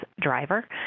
driver